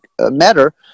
matter